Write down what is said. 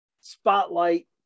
Spotlight